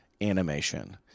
animation